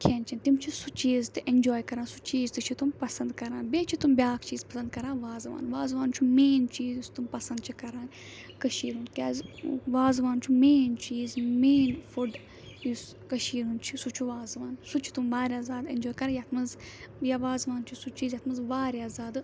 کھیٚن چیٚن تِم چھِ سُہ چیٖز تہِ ایٚنجواے کَران سُہ چیٖز تہِ چھِ تِم پَسَنٛد کَران بیٚیہِ چھِ تِم بیاکھ چیٖز پَسَنٛد کَران وازٕوان وازٕوان چھُ مین چیٖز یُس تِم پَسَنٛد چھِ کَران کٔشیٖر ہُنٛد کیٛازِ وازٕوان چھُ مین چیٖز مین فوڈ یُس کٔشیٖر ہُنٛد چھُ سُہ چھُ وازٕوان سُہ چھُ تِم واریاہ زیادٕ ایٚنجواے کَران یَتھ منٛز یا وازٕوان چھِ سُہ چیٖز یَتھ منٛز واریاہ زیادٕ